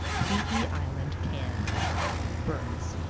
p e. island can birds